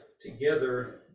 together